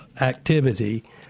activity